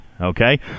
okay